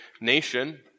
nation